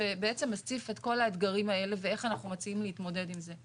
שבעצם מציף את כל האתגרים האלה ואיך אנחנו מציעים להתמודד עם זה.